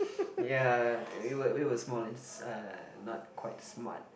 ya we were we were small and eh not quite smart